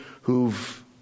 who've